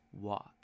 walk